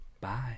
Bye